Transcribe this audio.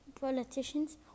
politicians